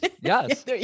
Yes